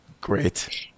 great